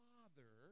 Father